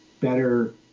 better